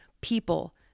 people